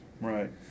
Right